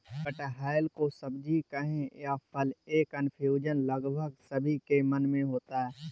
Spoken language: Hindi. कटहल को सब्जी कहें या फल, यह कन्फ्यूजन लगभग सभी के मन में होता है